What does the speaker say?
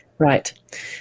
Right